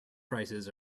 prices